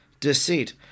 Deceit